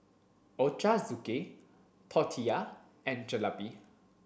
Ochazuke Tortillas and Jalebi